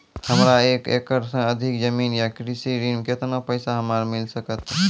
हमरा एक एकरऽ सऽ अधिक जमीन या कृषि ऋण केतना पैसा हमरा मिल सकत?